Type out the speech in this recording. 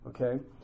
Okay